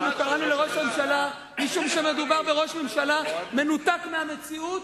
מדובר בראש ממשלה מנותק מהמציאות,